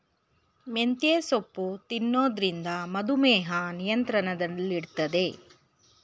ಮೆಂತ್ಯೆ ಸೊಪ್ಪು ತಿನ್ನೊದ್ರಿಂದ ಮಧುಮೇಹ ನಿಯಂತ್ರಣದಲ್ಲಿಡ್ತದೆ